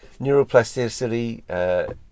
neuroplasticity